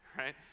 right